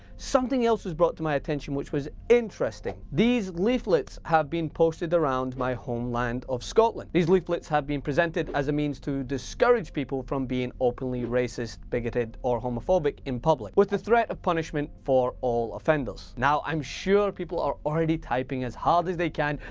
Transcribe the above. something else was brought to my attention which was interesting. these leaflets have been posted around my homeland of scotland. these leaflets havebeen presented as a means to discourage people from being openly racist, bigoted or homophobic in public, with the threat of punishment for all offenders. now i'm sure people are already typing as hard as they can,